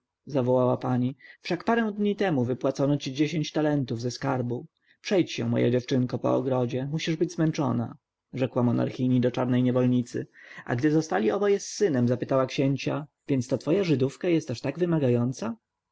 zawołała pani wszak parę dni temu wypłacono ci dziesięć talentów ze skarbu przejdź się moja dziewczynko po ogrodzie musisz być zmęczona rzekła monarchini do czarnej niewolnicy a gdy zostali oboje z synem zapytała księcia więc twoja żydówka jest aż tak wymagająca